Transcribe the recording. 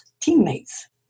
teammates